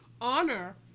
honor